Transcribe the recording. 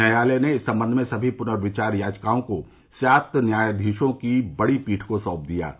न्यायालय ने इस संबंध में सभी पूनर्विचार याचिकाओं को सात न्यायाधीशों की बड़ी पीठ को साँप दिया है